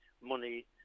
money